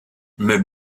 mais